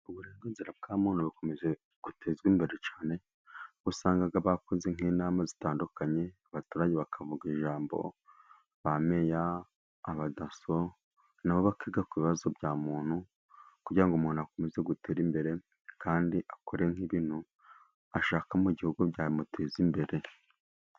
Uburenganzira bwa muntu bukomeje gutezwa imbere cyane, usanga bakoze nk'inama zitandukanye, abaturage bakavuga ijambo ba Meya, abadaso, na bo bakiga ku bibazo bya muntu, kugira ngo umuntu akomeze guterare imbere, kandi akore nk'ibintu ashaka mu gihugu, byamuteza imbere.